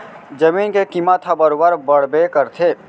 जमीन के कीमत ह बरोबर बड़बे करथे